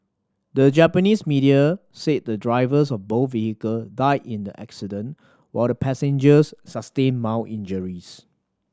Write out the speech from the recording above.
the Japanese media said the drivers of both vehicle died in the accident while the passengers sustained mild injuries